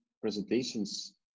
presentations